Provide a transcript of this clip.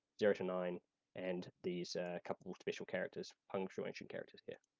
zero to nine and these couple traditional characters, punctuation characters here.